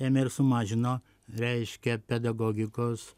ėmė ir sumažino reiškia pedagogikos